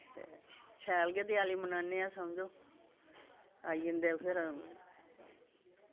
ते शैल गै देआली मनान्ने अस समझो आई जंदे फिर